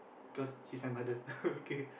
cause she's my mother okay